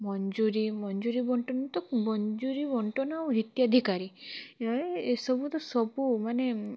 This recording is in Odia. ମଞ୍ଜୁରୀ ମଞ୍ଜୁରୀ ବଣ୍ଟନ ତ ମଞ୍ଜୁରୀ ବଣ୍ଟନ ଆଉ ହିତାଧିକାରୀ ଏ ସବୁ ତ ସବୁ ମାନେ